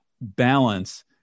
balance